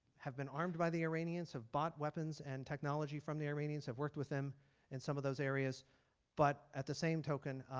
have been armed by the iranians have bought weapons and technology from the iranians have worked with them in some of those areas but at the same token,